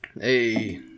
Hey